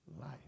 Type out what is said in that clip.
life